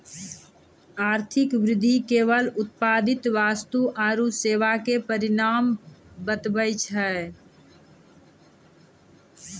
आर्थिक वृद्धि केवल उत्पादित वस्तु आरू सेवा के परिमाण बतबै छै